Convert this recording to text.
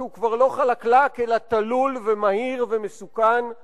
שהוא כבר לא חלקלק אלא תלול ומהיר ומסוכן,